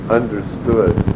understood